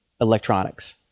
electronics